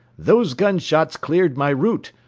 those gun-shots cleared my route.